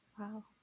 Wow